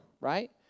right